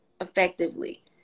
effectively